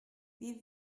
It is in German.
wie